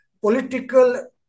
political